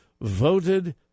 voted